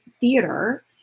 theater